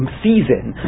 season